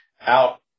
out